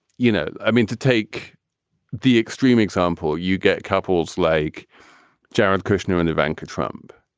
you know, i mean, to take the extreme example, you get couples like jared kushner and the banker trump,